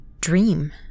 dream